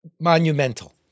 monumental